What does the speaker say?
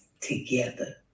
together